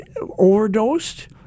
overdosed